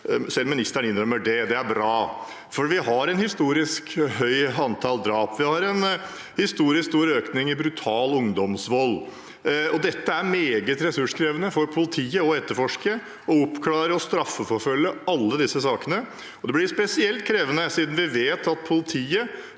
Selv ministeren innrømmer det. Det er bra, for vi har et historisk høyt antall drap. Vi har en historisk stor økning i brutal ungdomsvold. Det er meget ressurskrevende for politiet å etterforske, oppklare og straffeforfølge alle disse sakene, og det blir spesielt krevende siden vi vet at politiet